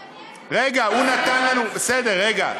בסדר, רגע.